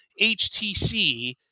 HTC